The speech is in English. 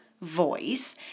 voice